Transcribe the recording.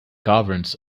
governs